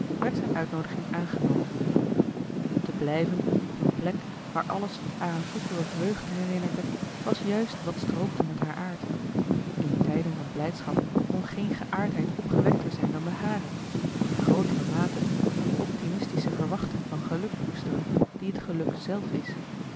werd zijn uitnoodiging aangenomen te blijven op een plek waar alles haar aan vroegere vreugde herinnerde was juist wat strookte met haar aard in tijden van blijdschap kon geen geaardheid opgewekter zijn dan de hare of in grootere mate die optimistische verwachting van geluk koesteren die het geluk zelf is